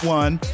one